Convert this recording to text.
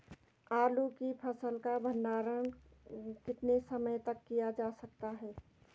आलू की फसल का भंडारण कितने समय तक किया जा सकता है?